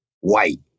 white